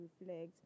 reflect